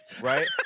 right